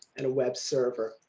and a web server.